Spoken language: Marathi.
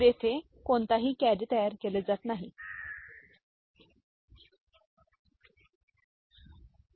तर येथे कोणतेही कॅरी तयार केले जात नाही कोणतेही कॅरी तयार होत नाही म्हणून आपण वाहून नेलेले उदाहरण पाहू